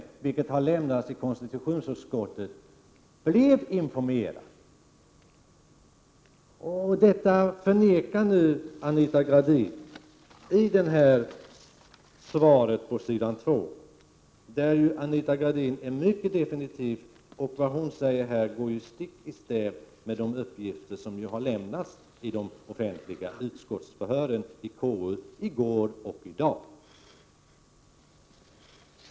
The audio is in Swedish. Denna uppgift har lämnats i konstitutionsutskottet. Detta förnekar emellertid Anita Gradin på S. 2 i sitt svar, där Anita Gradin uttrycker sig mycket definitivt. Vad hon säger här går ju stick i stäv med de uppgifter som har lämnats vid de offentliga förhören i konstitutionsutskottet både i går och i dag.